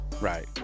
Right